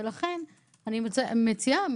ולכן אני מציעה,